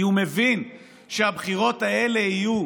כי הוא מבין שהבחירות האלה יהיו